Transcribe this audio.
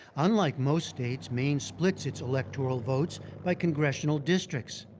unlike most states, maine splits its electoral votes by congressional districts.